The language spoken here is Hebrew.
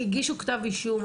הגישו כתב אישום,